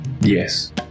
Yes